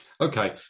Okay